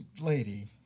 lady